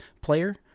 player